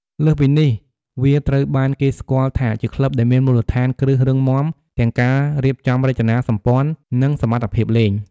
លើសពីនេះវាត្រូវបានគេស្គាល់ថាជាក្លឹបដែលមានមូលដ្ឋានគ្រឹះរឹងមាំទាំងការរៀបចំរចនាសម្ព័ន្ធ និងសមត្ថភាពលេង។